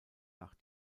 nach